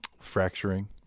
fracturing